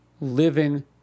living